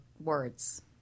words